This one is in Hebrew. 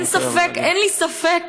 אין לי ספק,